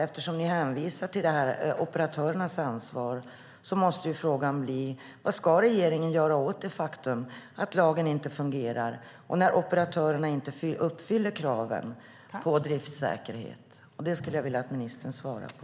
Eftersom ni hänvisar till operatörernas ansvar måste frågan bli: Vad ska regeringen göra åt det faktum att lagen inte fungerar och operatörerna inte uppfyller kraven på driftsäkerhet? Detta skulle jag vilja att ministern svarar på.